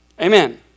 Amen